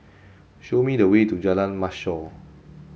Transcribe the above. show me the way to Jalan Mashhor